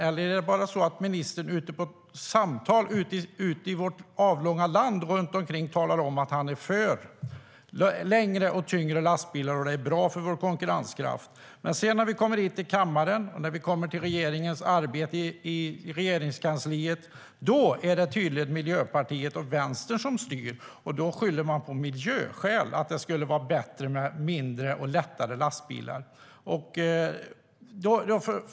Eller är det så att ministern bara i samtal runt omkring ute i vårt avlånga land talar om att han är för längre och tyngre lastbilar och tycker att det är bra för vår konkurrenskraft? När vi sedan kommer hit till kammaren och till regeringens arbete i Regeringskansliet är det tydligt att det bara är Miljöpartiet och Vänstern som styr. Då skyller man på miljöskäl och säger att det skulle vara bättre med mindre och lättare lastbilar.